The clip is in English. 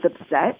upset